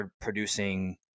producing